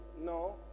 no